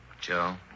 Joe